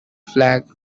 flag